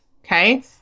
okay